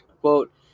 Quote